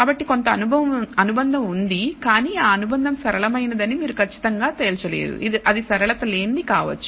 కాబట్టి కొంత అనుబంధం ఉంది కానీ అనుబంధం సరళమైనదని మీరు ఖచ్చితంగా తేల్చలేరు అది సరళత లేనిది కావచ్చు